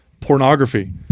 pornography